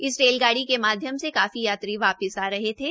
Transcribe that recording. इस रेलगाड़ी के माध्यम से काफी यात्री वापिस आ रहे थे